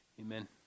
Amen